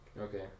Okay